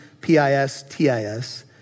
P-I-S-T-I-S